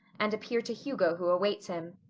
and appear to hugo who awaits him.